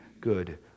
good